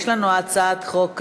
יש לנו הצעת חוק שהוצמדה: